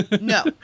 No